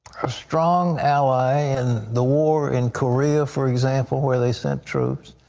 a strong ally in the war in korea, for example, where they sent troops.